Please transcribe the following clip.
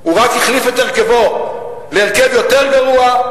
הוא רק החליף את הרכבו להרכב יותר גרוע,